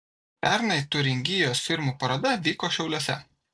pernai tiuringijos firmų paroda vyko šiauliuose